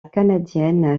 canadienne